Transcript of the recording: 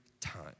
time